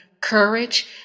courage